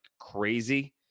crazy